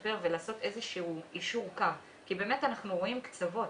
לשפר ולעשות איזשהו יישור קו כי באמת אנחנו רואים קצוות.